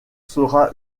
sera